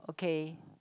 okay